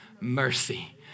mercy